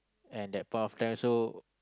and that part of time also